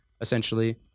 essentially